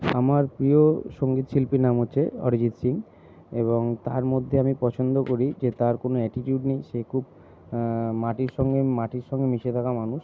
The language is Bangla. আমার প্রিয় সঙ্গীতশিল্পীর নাম হচ্ছে অরিজিৎ সিং এবং তার মধ্যে আমি পছন্দ করি যে তার কোনও অ্যাটিচিউড নেই সে খুব মাটির সঙ্গে মাটির সঙ্গে মিশে থাকা মানুষ